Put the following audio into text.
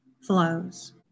flows